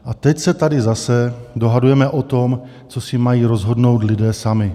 A teď se tady zase dohadujeme o tom, co si mají rozhodnout lidé sami.